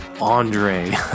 Andre